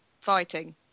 fighting